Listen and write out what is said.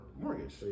mortgage